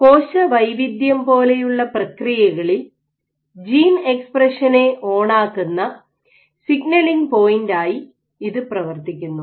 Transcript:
കോശവൈവിധ്യം പോലെയുള്ള പ്രക്രിയകളിൽ ജീൻ എക്സ്പ്രഷനെ ഓണാക്കുന്ന സിഗ്നലിങ് പോയിൻറ് ആയി ഇത് പ്രവർത്തിക്കുന്നു